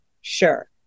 Sure